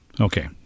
Okay